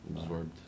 Absorbed